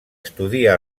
estudia